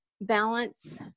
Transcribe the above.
balance